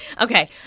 Okay